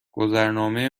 گذرنامه